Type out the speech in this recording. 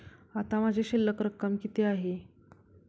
आता माझी शिल्लक रक्कम किती आहे?